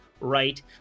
right